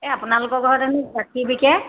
এই আপোনালোকৰ ঘৰত হেনো গাখীৰ বিকে